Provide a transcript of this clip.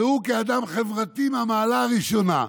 והוא, כאדם חברתי מהמעלה הראשונה,